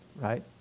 Right